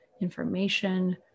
information